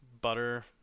butter